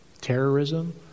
terrorism